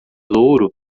louro